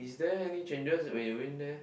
is there any changes when you been there